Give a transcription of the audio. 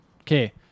Okay